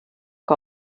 que